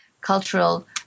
cultural